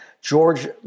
George